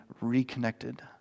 reconnected